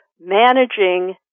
managing